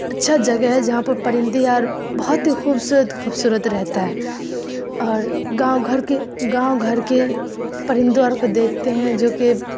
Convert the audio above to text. اچھا جگہ ہے جہاں پر پرندے آر بہت ہی خوبصورت خوبصورت رہتا ہے اور گاؤں گھر کے گاؤں گھر کے پرندوں اور کو دیکھتے ہیں جو کہ